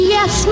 Yes